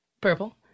purple